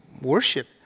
worship